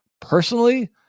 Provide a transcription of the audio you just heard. Personally